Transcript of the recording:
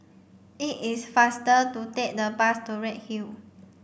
it is faster to take the bus to Redhill